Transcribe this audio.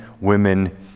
women